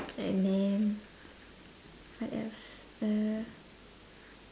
and then what else uh